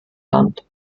land